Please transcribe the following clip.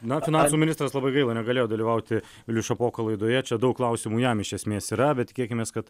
na finansų ministras labai gaila negalėjo dalyvauti vilius šapoka laidoje čia daug klausimų jam iš esmės yra bet tikėkimės kad